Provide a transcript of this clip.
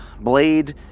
blade